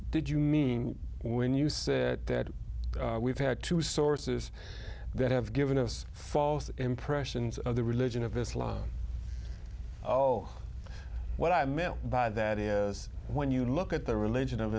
did you mean when you say that we've had two sources that have given us false impressions of the religion of islam oh what i meant by that is when you look at the religion of